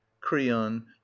creon